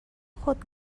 خود